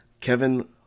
Kevin